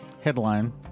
Headline